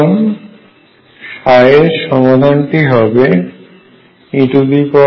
সুতরাং এর সমাধান টি হবে ei√2mR22E